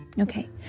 Okay